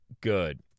good